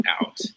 out